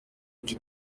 kuki